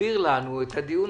תסביר לנו את הדיון